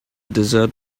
desert